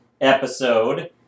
episode